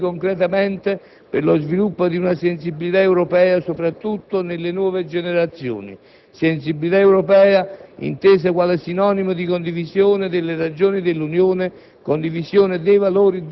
Occorre adoperarsi concretamente per lo sviluppo di una sensibilità europea soprattutto nelle nuove generazioni, sensibilità europea intesa quale sinonimo di condivisione delle ragioni dell'Unione,